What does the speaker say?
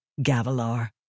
Gavilar